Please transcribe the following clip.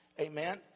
Amen